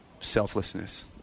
selflessness